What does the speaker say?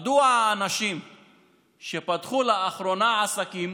מדוע האנשים שפתחו לאחרונה עסקים